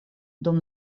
dum